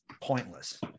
pointless